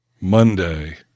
Monday